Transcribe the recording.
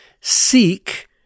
seek